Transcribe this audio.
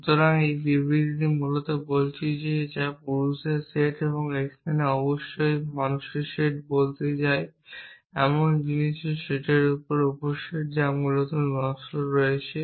সুতরাং এই বিবৃতিটি মূলত বলছে যে পুরুষদের সেট এবং এখানে অবশ্যই আমরা মানুষের সেট বলতে চাই এমন জিনিসের সেটের উপসেট যা মূলত নশ্বর রয়েছে